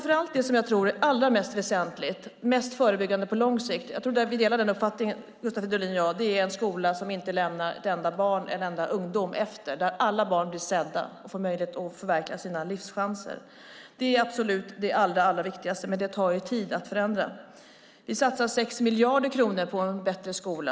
Det som är allra mest väsentligt och mest förebyggande på lång sikt - där tror jag att Gustav Fridolin och jag delar uppfattningen - är en skola som inte lämnar ett enda barn eller en enda ungdom efter, där alla barn blir sedda och får möjlighet att förverkliga sina livschanser. Det är det absolut viktigaste. Men det tar tid att förändra. Vi satsar 6 miljarder kronor på en bättre skola.